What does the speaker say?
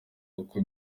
kuko